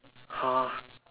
!huh!